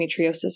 endometriosis